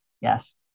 yes